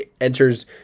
enters